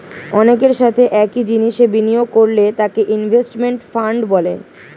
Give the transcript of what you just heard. অনেকের সাথে একই জিনিসে বিনিয়োগ করলে তাকে ইনভেস্টমেন্ট ফান্ড বলে